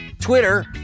Twitter